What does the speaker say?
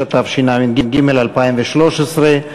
התשע"ג 2013,